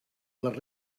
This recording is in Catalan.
les